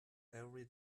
every